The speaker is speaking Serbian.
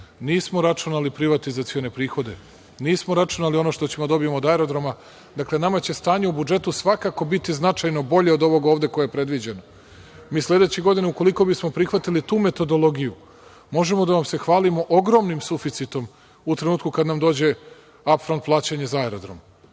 nismo računali privatizacione prihode, nismo računali ono što ćemo da dobijemo od Aerodroma. Dakle, nama će stanje u budžetu svakako biti značajno bolje od ovog ovde koje je predviđeno. Mi sledeće godine, ukoliko bismo prihvatili tu metodologiju, možemo da vam se hvalimo ogromnim suficitom u trenutku kada nam dođe ap-from plaćanje za Aerodrom.